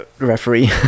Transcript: referee